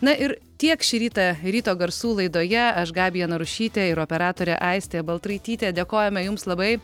na ir tiek šį rytą ryto garsų laidoje aš gabija narušytė ir operatorė aistė baltraitytė dėkojame jums labai